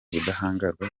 ubudahangarwa